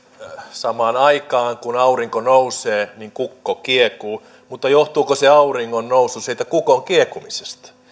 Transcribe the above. samaan aikaan kun aurinko nousee kukko kiekuu mutta johtuuko auringonnousu siitä kukon kiekumisesta